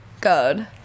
Good